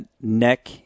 neck